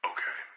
Okay